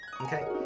Okay